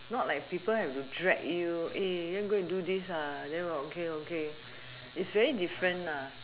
not like people have to drag you you want to go and do this ah then what okay okay it's very different ah